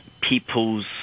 people's